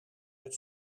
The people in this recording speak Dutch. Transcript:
het